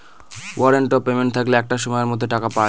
warrant of payment থাকলে একটা সময়ের মধ্যে টাকা পায়